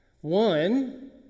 one